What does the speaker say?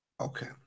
Okay